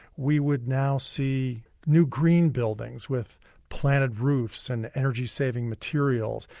we would now see new green buildings, with planted roofs and energy saving materials.